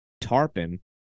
tarpon